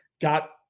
got